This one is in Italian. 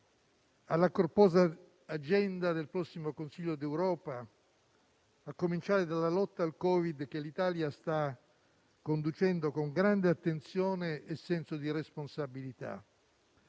alla corposa agenda del prossimo Consiglio d'Europa, a cominciare dalla lotta al Covid che l'Italia sta conducendo con grande attenzione e senso di responsabilità,